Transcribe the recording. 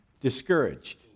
discouraged